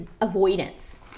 avoidance